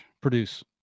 produce